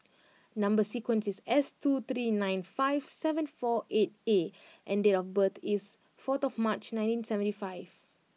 number sequence is S two three nine five seven four eight A and date of birth is four of March nineteen seventy five